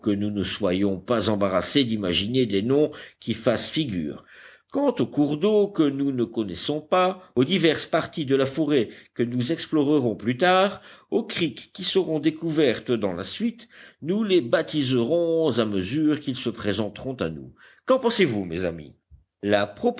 nous ne soyons pas embarrassés d'imaginer des noms qui fassent figure quant aux cours d'eau que nous ne connaissons pas aux diverses parties de la forêt que nous explorerons plus tard aux criques qui seront découvertes dans la suite nous les baptiserons à mesure qu'ils se présenteront à nous qu'en pensez-vous mes amis la